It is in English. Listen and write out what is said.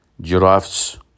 giraffes